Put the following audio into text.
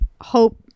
hope